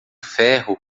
ferro